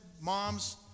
Moms